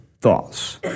thoughts